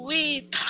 Wait